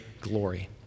glory